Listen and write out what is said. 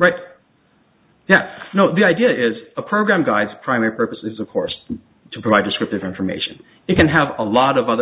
right now no the idea is a program guides primary purpose is of course to provide descriptive information you can have a lot of other